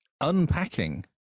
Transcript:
Unpacking